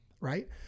right